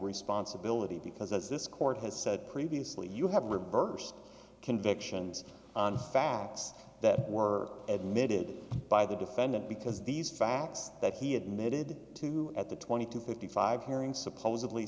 responsibility because as this court has said previously you have her birth convictions on facts that were admitted by the defendant because these facts that he admitted to at the twenty two fifty five hearing supposedly